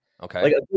okay